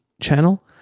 channel